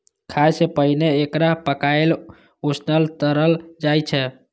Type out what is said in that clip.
खाय सं पहिने एकरा पकाएल, उसनल, तरल जाइ छै